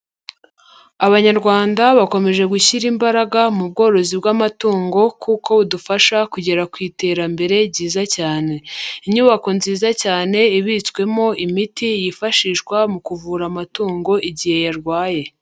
Abanyarwanda bakomeje gushyira imbaraga mu bworozi bw'amatungo kuko budufasha kugera ku iterambere ryiza cyane. Inyubako nziza cyane ibitswemo imiti yifashishwa mu kuvura amatungo igihe yarwaye.